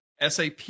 SAP